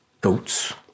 goats